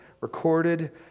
recorded